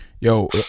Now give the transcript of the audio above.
Yo